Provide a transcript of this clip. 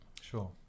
sure